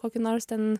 kokį nors ten